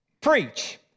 preach